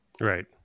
Right